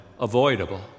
avoidable